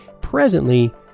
Presently